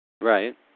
Right